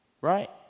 right